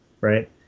right